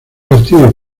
partido